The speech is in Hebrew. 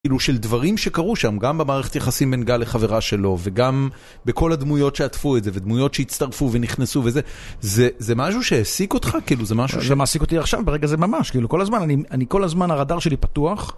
כאילו, של דברים שקרו שם, גם במערכת יחסים בין גל לחברה שלו, וגם בכל הדמויות שעטפו את זה, ודמויות שהצטרפו ונכנסו וזה, זה משהו שהעסיק אותך? כאילו, זה משהו ש... זה מעסיק אותי עכשיו, ברגע זה ממש, כאילו, כל הזמן, אני כל הזמן, הרדאר שלי פתוח.